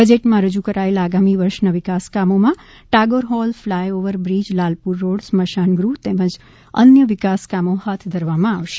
બજેટમાં રજ્ન કરાયેલ આગામી વર્ષના વિકાસ કામોમાં Tagore hall fly overbridge Lalpur road પર સ્મશાન તેમજ અન્ય વિકાસકામો હાથ ધરવામાં આવનાર છે